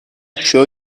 show